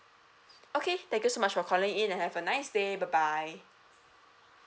okay thank you so much for calling in have a nice day bye bye